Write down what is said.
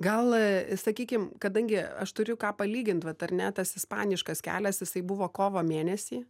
gal sakykim kadangi aš turiu ką palygint vat ar ne tas ispaniškas kelias jisai buvo kovo mėnesį